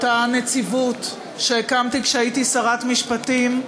אותה נציבות שהקמתי כשהייתי שרת משפטים,